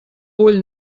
vull